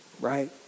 right